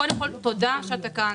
קודם כל, תודה שאתה כאן.